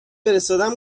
فرستادم